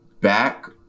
back